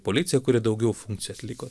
policija kuri daugiau funkcijų atliko